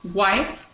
wife